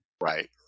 Right